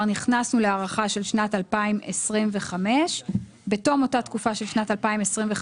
נכנסנו להארכה של שנת 2025. בתום אותה תקופה של שנת 2025,